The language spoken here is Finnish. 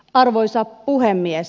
arvoisa puhemies